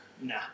Nah